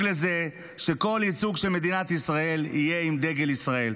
לזה שכל ייצוג של מדינת ישראל יהיה עם דגל ישראל.